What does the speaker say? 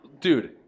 Dude